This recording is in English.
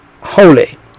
holy